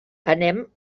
anem